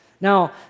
Now